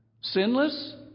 Sinless